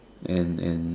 and and